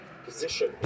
position